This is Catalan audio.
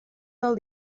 del